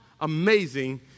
amazing